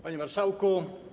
Panie Marszałku!